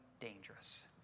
dangerous